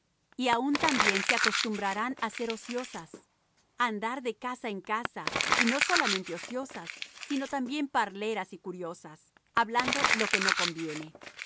y aun también se acostrumbran á ser ociosas á andar de casa en casa y no solamente ociosas sino también parleras y curiosas hablando lo que no conviene